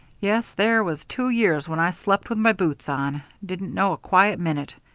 yes, there was two years when i slept with my boots on. didn't know a quiet minute.